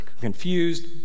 confused